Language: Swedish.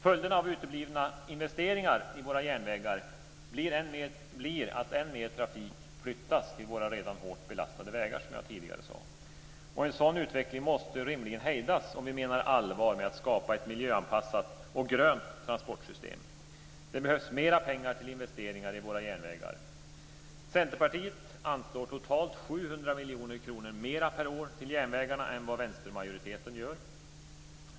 Följderna av uteblivna investeringar i våra järnvägar blir att än mer trafik flyttas till våra redan hårt belastade vägar, som jag tidigare sade. En sådan utveckling måste rimligen hejdas om vi menar allvar med att skapa ett miljöanpassat och grönt transportsystem. Det behövs mer pengar till investeringar i våra järnvägar. Centerpartiet anslår totalt 700 miljoner kronor mer per år till järnvägarna än vad vänstermajoriteten gör.